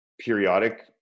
periodic